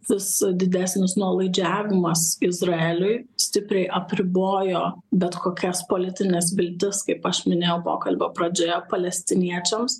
vis didesnis nuolaidžiavimas izraeliui stipriai apribojo bet kokias politines viltis kaip aš minėjau pokalbio pradžioje palestiniečiams